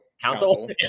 Council